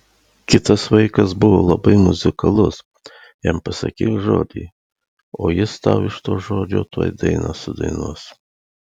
kitas vaikas buvo labai muzikalus jam pasakyk žodį o jis tau iš to žodžio tuoj dainą sudainuos